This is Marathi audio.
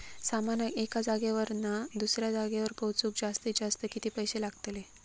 सामानाक एका जागेवरना दुसऱ्या जागेवर पोचवूक जास्तीत जास्त किती पैशे लागतले?